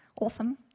awesome